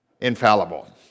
infallible